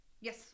yes